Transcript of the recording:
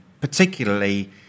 particularly